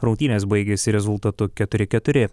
rungtynės baigėsi rezultatu keturi keturi